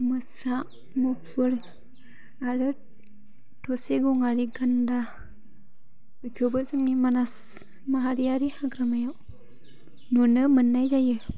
मोसा मुफुर आरो थसे गंआरि गान्दा बेखौबो जोंनि मानास माहारियारि हाग्रामायाव नुनो मोन्नाय जायो